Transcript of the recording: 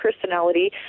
personality